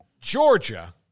Georgia